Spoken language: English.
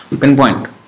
Pinpoint